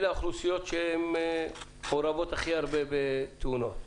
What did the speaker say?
אלה האוכלוסיות שמעורבות הכי הרבה בתאונות.